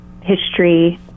history